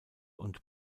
und